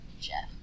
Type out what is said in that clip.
Jeff